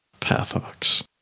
Pathox